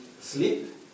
sleep